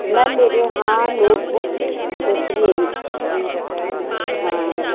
ma'am मेरे यहाँ notebook सुनिए हाँ